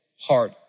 heart